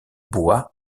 bois